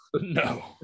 no